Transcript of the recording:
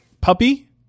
puppy